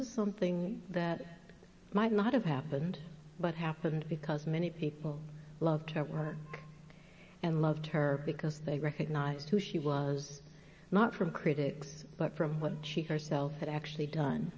is something that might not have happened but happened because many people loved her and loved her because they recognize who she was not from critics but from what she herself had actually done